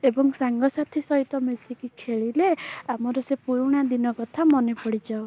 ଏବଂ ସାଙ୍ଗସାଥି ସହିତ ମିଶିକି ଖେଳିଲେ ଆମର ସେ ପୁରୁଣା ଦିନ କଥା ମନେପଡ଼ି ଯାଉ